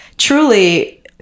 truly